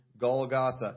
Golgotha